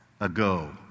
ago